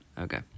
Okay